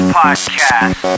podcast